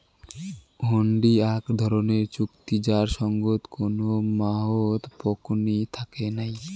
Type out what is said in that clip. হুন্ডি আক ধরণের চুক্তি যার সঙ্গত কোনো মাহও পকনী থাকে নাই